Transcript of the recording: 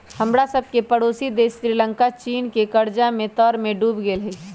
हमरा सभके पड़ोसी देश श्रीलंका चीन के कर्जा के तरमें डूब गेल हइ